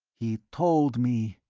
he told me!